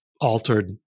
altered